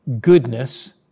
goodness